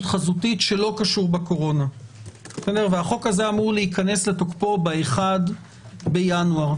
חזותית שלא קשור לקורונה והוא אמור להיכנס לתוקפו ב-1 בינואר.